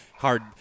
Hard